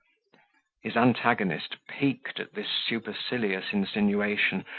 his antagonist, piqued at this supercilious insinuation,